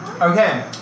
Okay